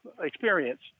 experience